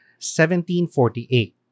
1748